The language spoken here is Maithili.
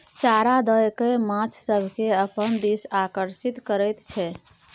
चारा दए कय माछ सभकेँ अपना दिस आकर्षित करैत छै